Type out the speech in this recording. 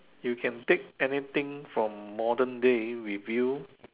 you can pick anything from modern day with you